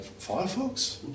Firefox